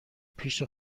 پیش